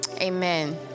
amen